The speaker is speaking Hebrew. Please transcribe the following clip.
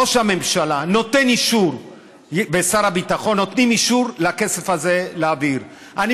ראש הממשלה ושר הביטחון נותן אישור להעביר את הכסף הזה.